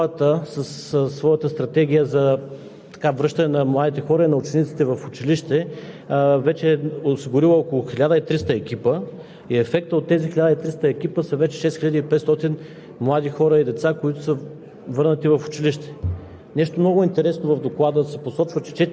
Моето изказване ще бъде свързано и с това, което каза преждеговорившият. Тук е моментът, в който ние трябва да отбележим, че държавата със своята Стратегия за връщане на младите хора и на учениците в училище вече е осигурила около 1300 екипа.